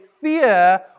fear